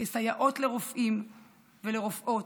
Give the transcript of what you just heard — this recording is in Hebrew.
כסייעות לרופאים ולרופאות,